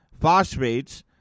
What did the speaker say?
phosphates